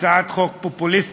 הצעת החוק פופוליסטית.